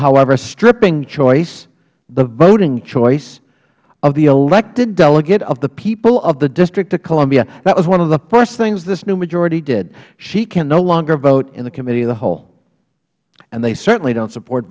however stripping choice the voting choice of the elected delegate of the people of the district of columbia that was one of the first things this new majority did she can no longer vote in the committee of the whole and they certainly don't support